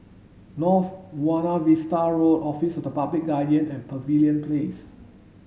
North Buona Vista Road Office of the Public Guardian and Pavilion Place